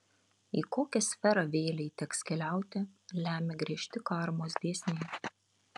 į kokią sferą vėlei teks keliauti lemia griežti karmos dėsniai